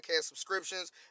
subscriptions